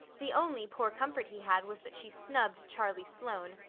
the only poor comfort he had was that she snubbed charlie sloane,